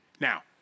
Now